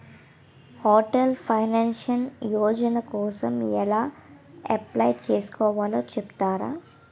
Atal pension Yojana కోసం ఎలా apply చేసుకోవాలో చెపుతారా?